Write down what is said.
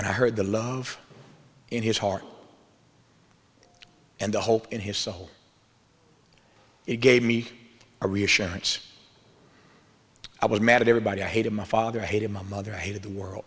and i heard the love in his heart and the hope in his soul it gave me a reassurance i was mad at everybody i hated my father hated my mother hated the world